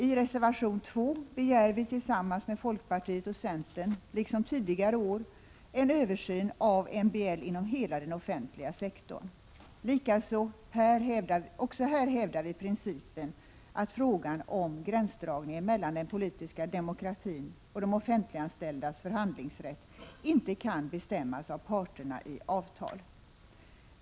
I reservation 2 begär vi tillsammans med folkpartiet och centern liksom tidigare år en översyn av MBL inom hela den offentliga sektorn. Också här hävdar vi principen att frågan om gränsdragningen mellan den politiska demokratin och de offentliganställdas förhandlingsrätt inte kan bestämmas av parterna i avtal.